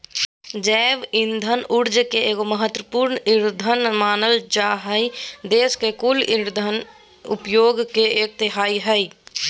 जैव इंधन ऊर्जा के एक महत्त्वपूर्ण ईंधन मानल जा हई देश के कुल इंधन उपयोग के एक तिहाई हई